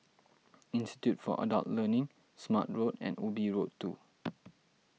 Institute for Adult Learning Smart Road and Ubi Road two